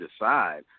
decide